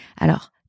Alors